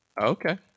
Okay